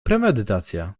premedytacja